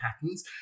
patterns